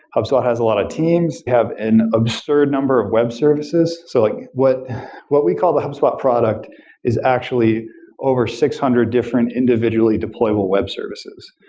hubspot has a lot of teams. we have an absurd number of web services. so like what what we call the hubspot product is actually over six hundred different individually deployable web services.